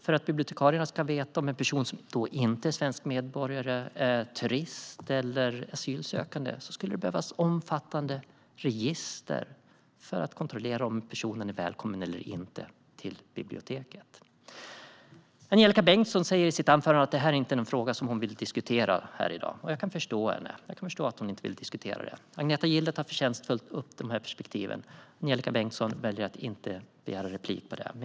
För att bibliotekarierna ska kunna veta och kontrollera om en person som inte är svensk medborgare är turist eller asylsökande och därmed välkommen eller inte till biblioteket skulle det behövas omfattande register. Angelika Bengtsson säger i sitt anförande att detta inte är en fråga som hon vill diskutera här i dag. Jag kan förstå henne - jag kan förstå att hon inte vill diskutera detta. Agneta Gille tar förtjänstfullt upp de här perspektiven, men Angelika Bengtsson väljer att inte begära replik.